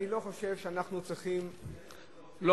לא,